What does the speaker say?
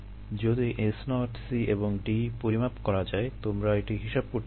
যদি S0 C এবং D পরিমাপ করা যায় তোমরা এটি হিসাব করতে পারবে